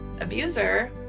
abuser